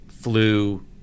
flu